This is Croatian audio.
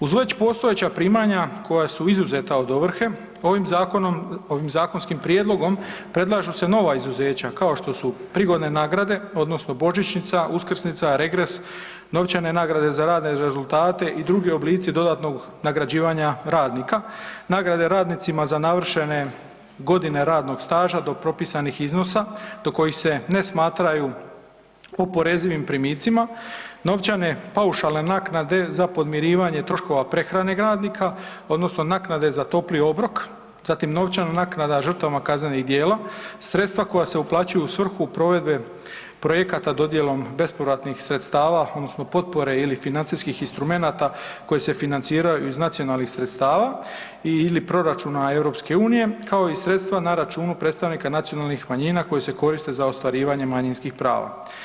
Uz već postojeća primanja koja su izuzeta od ovrhe ovim zakonom, ovim zakonskim prijedlogom predlažu se nova izuzeća kao što su prigodne nagrade odnosno božničnica, uskrsnica, regres, novčane nagrade za radne rezultate i drugi oblici dodatnog nagrađivanja radnika, nagrade radnicima za navršene godine radnog staža do propisanih iznosa do kojih se ne smatraju oporezivim primicima, novčane paušalne naknade za podmirivanje troškova prehrane radnika odnosno naknade za topli obrok, zatim novčana naknada žrtvama kaznenih djela, sredstva koja se uplaćuju u svrhu provedbe projekata dodjelom bespovratnih sredstava odnosno potpore ili financijskih instrumenta koje se financiraju iz nacionalnih sredstava ili proračuna EU kao i sredstva na računu predstavnika nacionalnih manjina koja se koriste za ostvarivanje manjinskih prava.